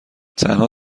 تنها